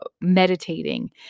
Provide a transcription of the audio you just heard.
meditating